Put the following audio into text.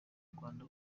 rwanda